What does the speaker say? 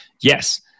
Yes